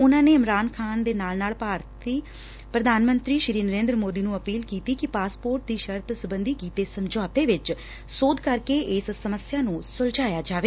ਉਨਾਂ ਨੇ ਇਮਰਾਨ ਖਾਨ ਦੇ ਨਾਲ ਨਾਲ ਭਾਰਤੀ ਪ੍ਰਧਾਨ ਮੰਤਰੀ ਨਰੇਂਦਰ ਸੋਦੀ ਨੂੰ ਅਪੀਲ ਕੀਤੀ ਕਿ ਪਾਸਪੋਰਟ ਦੀ ਸ਼ਰਤ ਸਬੰਧੀ ਕੀਤੇ ਸਮਝੌਤੇ ਵਿੱਚ ਸੋਧ ਕਰਕੇ ਇਸ ਸਮੱਸਿਆ ਨੂੰ ਸੁਲਝਾਇਆ ਜਾਵੇ